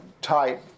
type